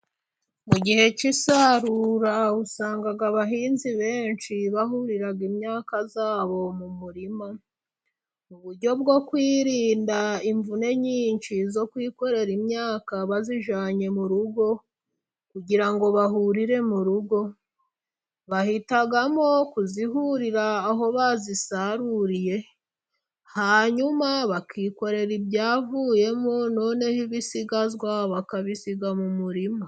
Mu gihe cy'isarura, usanga abahinzi benshi bahurira imyaka yabo mu murima, mu buryo bwo kwirinda imvune nyinshi zo kwikorera imyaka bayijyanye mu rugo, kugira ngo bahurire mu rugo, bahitamo kuyihurira aho bayisaruriye, hanyuma bakikorera ibyavuyemo, noneho ibisigazwa bakabisiga mu murima.